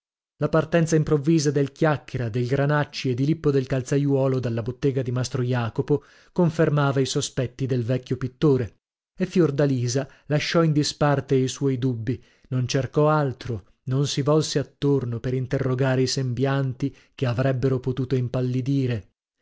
la partenza improvvisa del chiacchiera del granacci e di lippo del calzaiuolo dalla bottega di mastro jacopo confermava i sospetti del vecchio pittore e fiordalisa lasciò in disparte i suoi dubbi non cercò altro non si volse attorno per interrogare i sembianti che avrebbero potuto impallidire